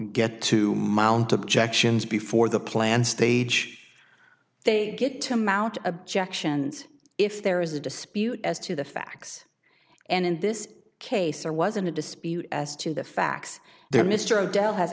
get to mount objections before the plan stage they get to mount objections if there is a dispute as to the facts and in this case there wasn't a dispute as to the facts there mr o'dell has